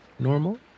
Normal